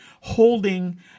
holding